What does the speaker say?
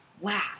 Wow